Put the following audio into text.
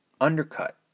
undercut